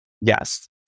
Yes